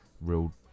real